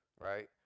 Right